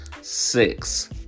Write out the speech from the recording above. Six